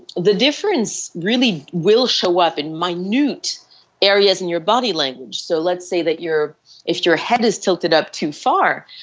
the difference really will show up in minute areas in your body language. so let's say that you're if your head is titled up too far,